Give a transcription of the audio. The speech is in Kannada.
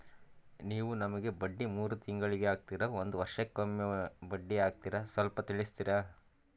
ನೀವು ನಮಗೆ ಬಡ್ಡಿ ಮೂರು ತಿಂಗಳಿಗೆ ಹಾಕ್ತಿರಾ, ಒಂದ್ ವರ್ಷಕ್ಕೆ ಒಮ್ಮೆ ಬಡ್ಡಿ ಹಾಕ್ತಿರಾ ಸ್ವಲ್ಪ ತಿಳಿಸ್ತೀರ?